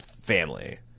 family